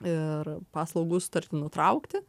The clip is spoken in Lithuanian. ir paslaugų sutartį nutraukti